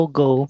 go